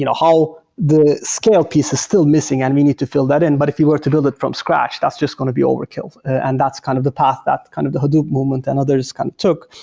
you know how the scale piece is still missing, and we need to fill that in. but if we were to build it from scratch, that's just going to be overkill and that's kind of the path, kind of the hadoop movement and others kind of took.